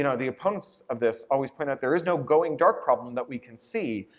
you know the opponents of this always point out there is no going dark problem that we can see.